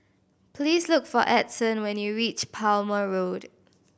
please look for Edson when you reach Palmer Road